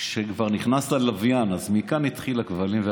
כשכבר נכנס הלוויין, אז מכאן, התחילו הכבלים.